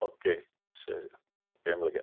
okay ശരി എന്നാൽ ഞാൻ വിളിക്കാം